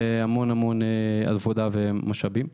והמון עבודה ומשאבים.